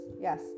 yes